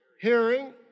hearing